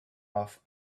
off